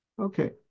Okay